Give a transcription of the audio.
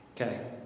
Okay